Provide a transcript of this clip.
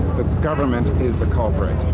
government is the culprit.